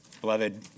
Beloved